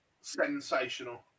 sensational